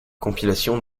compilation